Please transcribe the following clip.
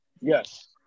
Yes